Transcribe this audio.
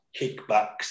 kickbacks